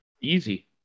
easy